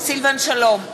סילבן שלום,